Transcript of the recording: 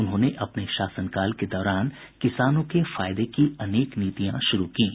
उन्होंने अपने शासनकाल के दौरान किसानों के फायदे की अनेक नीतियां शुरू कीं